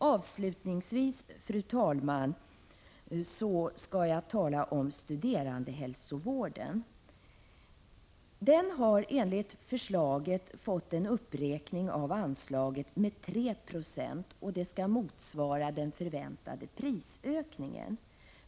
Avslutningsvis, fru talman, skall jag tala om studerandehälsovården. Den har enligt förslaget fått en uppräkning av anslaget med 3 96, och det skall motsvara den förväntade prisökningen.